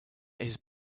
his